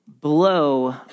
blow